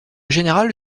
général